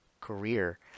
career